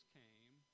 came